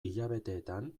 hilabeteetan